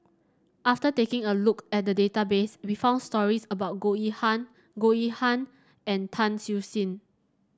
after taking a look at the database we found stories about Goh Yihan Goh Yihan and Tan Siew Sin